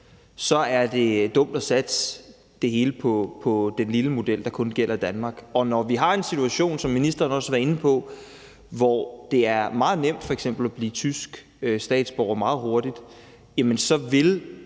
er det dumt at satse det hele på den lille model, der kun gælder Danmark. Og når vi, som ministeren også var inde på, har en situation, hvor det f.eks. er meget nemt at blive en tysk statsborger meget hurtigt, så vil